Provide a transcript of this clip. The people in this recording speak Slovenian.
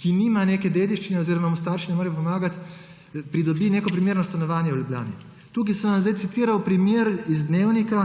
ki nima neke dediščine oziroma mu starši ne morejo pomagati, pridobi primerno stanovanje v Ljubljani. Tukaj sem vam zdaj citiral primer iz Dnevnika.